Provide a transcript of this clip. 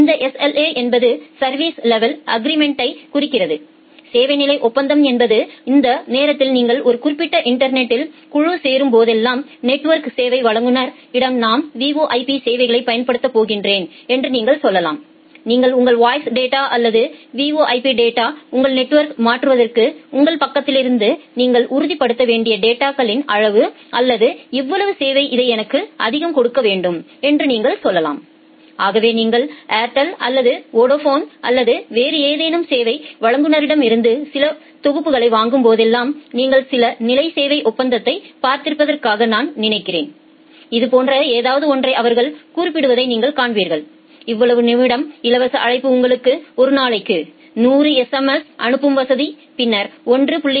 இந்த SLA என்பது சேவை சா்விஸ் லெவல் அக்ரீமெண்ட்யை குறிக்கிறது சேவை நிலை ஒப்பந்தம் என்பது அந்த நேரத்தில் நீங்கள் ஒரு குறிப்பிட்ட இன்டர்நெட்டில் குழுசேரும் போதெல்லாம் நெட்வொர்க் சேவை வழங்குனர் இடம் நான் VoIP சேவைகளைப் பயன்படுத்தப் போகிறேன் என்று நீங்கள் சொல்லலாம் நீங்கள் உங்கள் வாய்ஸ் டேட்டாஅல்லது VoIP டேட்டா உங்கள் நெட்வொர்க்ல் மாற்றுவதற்கு உங்கள் பக்கத்திலிருந்து நீங்கள் உறுதிப்படுத்த வேண்டிய டேட்டாகளின் அளவு அல்லது இவ்வளவு சேவை இதை எனக்கு அதிகம் கொடுக்க வேண்டும் என்று நீங்கள் சொல்லலாம் ஆகவே நீங்கள் ஏர்டெல் அல்லது வோடபோன் அல்லது வேறு ஏதேனும் சேவை வழங்குநர்களிடமிருந்து சில தொகுப்புகளை வாங்கும் போதெல்லாம் நீங்கள் சில நிலை சேவை ஒப்பந்தத்தை பார்த்திருப்பதாக நான் நினைக்கிறேன் இதுபோன்ற ஏதாவது ஒன்றை அவர்கள் குறிப்பிடுவதை நீங்கள் காண்பீர்கள்இவ்வளவு நிமிட இலவச அழைப்பு உங்களுக்கு ஒரு நாளைக்கு 100 எஸ்எம்எஸ் அனுப்பும் வசதி பின்னர் 1